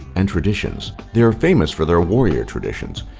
and traditions. they're famous for their warrior traditions,